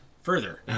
further